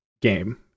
game